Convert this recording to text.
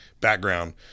background